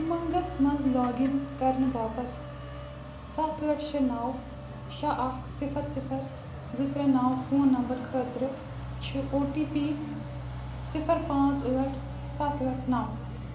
اُمنٛگّس مَنٛز log in کَرنہٕ باپتھ سَتھ ٲٹھ شےٚ نَو شےٚ اَکھ صِفر صِفر زٕ ترٛےٚ نَو فون نمبر خٲطرٕ چھُ او ٹی پی صِفر پانٛژھ ٲٹھ سَتھ ٲٹھ نَو